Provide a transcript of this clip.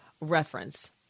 reference